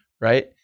Right